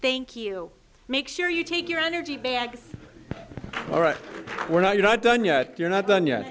thank you make sure you take your energy back all right we're not done yet you're not done yet